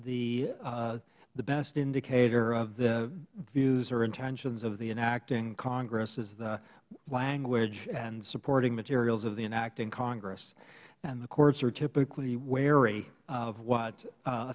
that the best indicator of the views or intentions of the enacting congress is the language and supporting materials of the enacting congress and the courts are typically wary of what